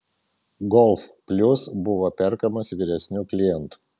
golf plius buvo perkamas vyresnių klientų